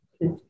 Yes